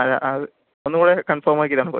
അല്ല അത് ഒന്നുകൂടെ കൺഫോം ആക്കിയതാണ് കോച്ച്